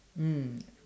mm